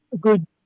good